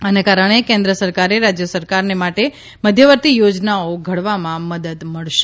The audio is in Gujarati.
આને કારણે કેન્દ્ર અને રાજય સરકારોને માટે મધ્યાવર્તી યોજનાઓ ઘડવામાં મદદ મળશે